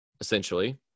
essentially